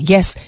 Yes